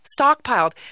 stockpiled